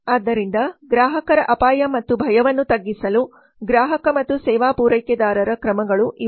ಆದ್ದರಿಂದ ಗ್ರಾಹಕರ ಅಪಾಯ ಮತ್ತು ಭಯವನ್ನು ತಗ್ಗಿಸಲು ಗ್ರಾಹಕ ಮತ್ತು ಸೇವಾ ಪೂರೈಕೆದಾರರ ಕ್ರಮಗಳು ಇವು